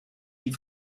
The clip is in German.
sie